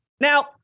Now